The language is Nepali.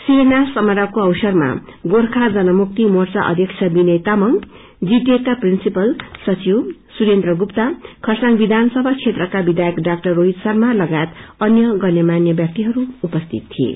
शिलान्यास समारोको अवसरमा गोर्खा जनमुक्ति मोर्चा अध्क्ष विनय तामंगजीटिए का प्रिन्सिपल सचिव सुरेन्द्र गुप्ता खरसाङ विधानसभा क्षेत्रका विधायक डाक्टर रोहित शर्मा लगायत अन्य गण्यमान्य व्याक्ति उपस्थित थिए